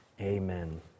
Amen